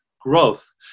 growth